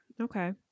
Okay